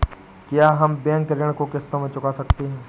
क्या हम बैंक ऋण को किश्तों में चुका सकते हैं?